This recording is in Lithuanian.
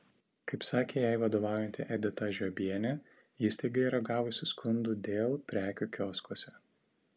kaip sakė jai vadovaujanti edita žiobienė įstaiga yra gavusi skundų dėl prekių kioskuose